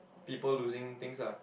people losing things ah